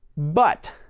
but